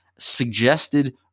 Suggested